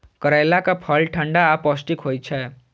करैलाक फल ठंढा आ पौष्टिक होइ छै